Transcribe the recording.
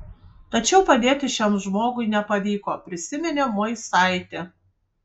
tačiau padėti šiam žmogui nepavyko prisiminė moisaitė